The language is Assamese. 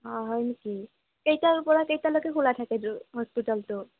অঁ হয় নেকি কেইটাৰ পৰা কেইটালৈকে খোলা থাকে হস্পিতেলটো